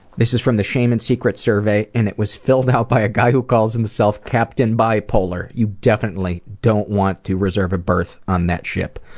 this is from the shame and secrets survey and it was filled out by a guy who calls himself captain bipolar! you definitely don't want to reserve a birth on that ship.